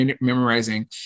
memorizing